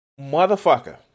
Motherfucker